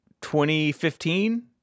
2015